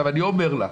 אני אומר לך,